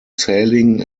sailing